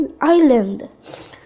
island